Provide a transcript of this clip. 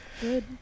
Good